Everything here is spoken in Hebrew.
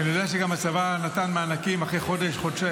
ואני יודע שגם הצבא נתן מענקים אחרי חודש,